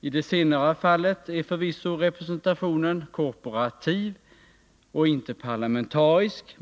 I det senare fallet är förvisso representationen korporativ, inte parlamentarisk.